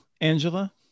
Angela